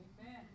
Amen